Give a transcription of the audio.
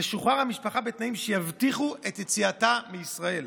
תשוחרר המשפחה בתנאים שיבטיחו את יציאתה מישראל